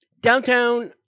Downtown